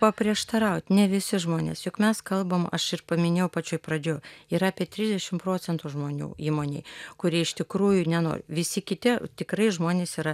paprieštaraut ne visi žmonės juk mes kalbam aš ir paminėjau pačioj pradžioj yra apie trisdešim procentų žmonių įmonėj kurie iš tikrųjų nenori visi kiti tikrai žmonės yra